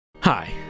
Hi